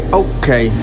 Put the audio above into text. okay